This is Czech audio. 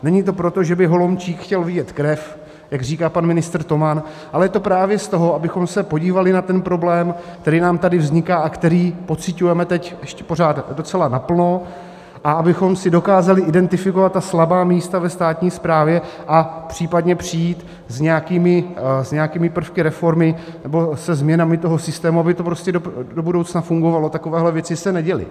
Není to proto, že by Holomčík chtěl vidět krev, jak říká pan ministr Toman, ale to právě proto, abychom se podívali na ten problém, který nám tady vzniká a který pociťujeme teď ještě pořád docela naplno, a abychom si dokázali identifikovat ta slabá místa ve státní správě a případně přijít s nějakými prvky reformy nebo se změnami toho systému, aby to prostě do budoucna fungovalo a takovéhle věci se neděly.